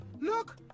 Look